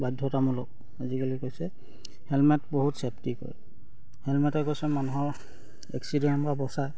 বাধ্যতামূলক আজিকালি কৈছে হেলমেট বহুত ছেফটি কৰে হেলমেটে কৈছে মানুহৰ এক্সিডেণ্টৰ পৰা বচাই